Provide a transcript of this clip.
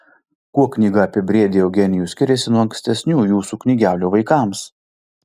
kuo knyga apie briedį eugenijų skiriasi nuo ankstesnių jūsų knygelių vaikams